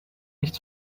nicht